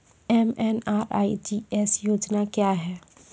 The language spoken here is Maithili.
एम.एन.आर.ई.जी.ए योजना क्या हैं?